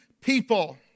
people